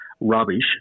rubbish